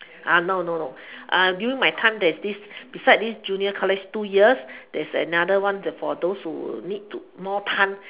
uh no no no uh during my time there is this beside this junior college two years there is another one the for those who need more time